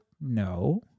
No